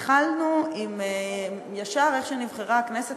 איך שנבחרה הכנסת,